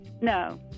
No